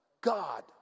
God